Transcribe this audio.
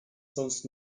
sonst